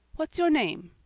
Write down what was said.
what's your name?